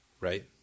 Right